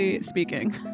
speaking